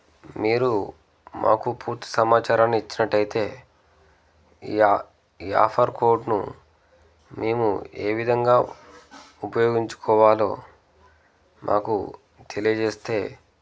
మీరు మాకు పూర్తి సమాచారాన్ని ఇచ్చినట్టయితే ఈ ఈ ఆఫర్ కోడ్ను మేము ఏ విధంగా ఉపయోగించుకోవాలో మాకు తెలియజేస్తే